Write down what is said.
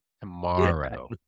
tomorrow